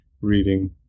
reading